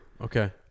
Okay